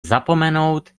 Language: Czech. zapomenout